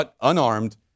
unarmed